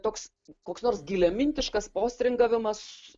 toks koks nors giliamintiškas postringavimas